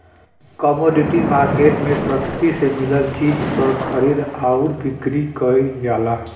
commodity market में प्रकृति से मिलल चीज क खरीद आउर बिक्री कइल जाला